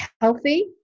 healthy